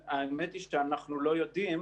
האמת היא שאנחנו לא יודעים.